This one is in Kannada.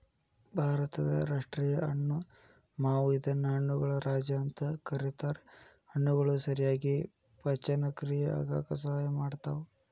ಭಾರತದ ರಾಷ್ಟೇಯ ಹಣ್ಣು ಮಾವು ಇದನ್ನ ಹಣ್ಣುಗಳ ರಾಜ ಅಂತ ಕರೇತಾರ, ಹಣ್ಣುಗಳು ಸರಿಯಾಗಿ ಪಚನಕ್ರಿಯೆ ಆಗಾಕ ಸಹಾಯ ಮಾಡ್ತಾವ